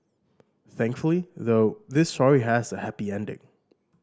thankfully though this story has a happy ending